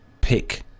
pick